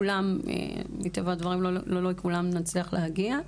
מטבע הדברים, לא לכולם נצליח להגיע.